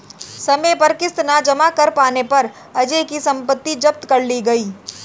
समय पर किश्त न जमा कर पाने पर अजय की सम्पत्ति जब्त कर ली गई